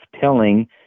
telling